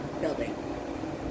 building